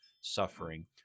suffering